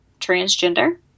transgender